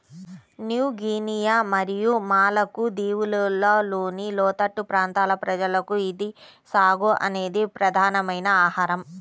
new Guinea మరియు Maluku దీవులలోని లోతట్టు ప్రాంతాల ప్రజలకు ఇది సాగో అనేది ప్రధానమైన ఆహారం